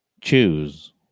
choose